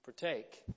partake